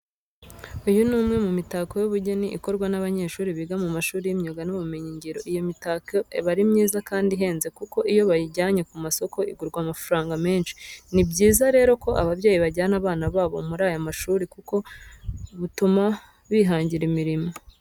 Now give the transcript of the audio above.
Uyu ni umwe mu mitako y'ubugeni ikorwa n'abanyeshuri biga mu mashuri y'imyuga n'ubumenyungiro. Iyi mitako aba ari myiza kandi ihenze kuko iyo bayijyanye ku masoko igurwa amafaranga menshi. Ni byiza rero ko ababyeyi bajyana abana babo muri aya mashuri kuko butuma bihangira imirimo.